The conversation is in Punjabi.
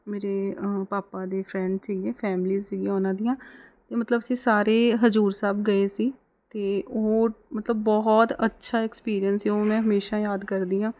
ਮੇਰੇ ਪਾਪਾ ਦੇ ਫਰੈਂਡ ਸੀਗੇ ਫੈਮਲੀ ਸੀਗੀਆਂ ਉਹਨਾਂ ਦੀਆਂ ਅਤੇ ਮਤਲਬ ਅਸੀਂ ਸਾਰੇ ਹਜੂਰ ਸਾਹਿਬ ਗਏ ਸੀ ਅਤੇ ਉਹ ਮਤਲਬ ਬਹੁਤ ਅੱਛਾ ਐਕਸਪੀਰੀਅੰਸ ਸੀ ਉਹ ਮੈਂ ਹਮੇਸ਼ਾਂ ਯਾਦ ਕਰਦੀ ਹਾਂ